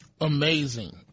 Amazing